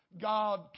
God